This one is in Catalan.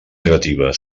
negativa